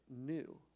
new